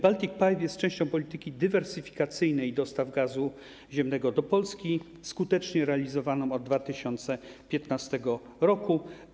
Baltic Pipe jest częścią polityki dywersyfikacji dostaw gazu ziemnego do Polski, skutecznie realizowaną od 2015 r.